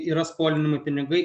yra skolinami pinigai